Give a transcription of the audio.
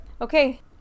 Okay